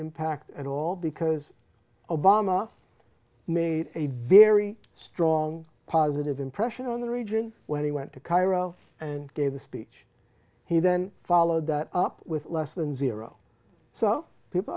impact at all because obama made a very strong positive impression on the region when he went to cairo and gave the speech he then followed that up with less than zero so people